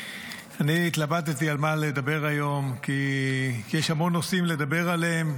אני התלבטתי על מה לדבר היום כי יש המון נושאים לדבר עליהם,